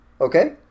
Okay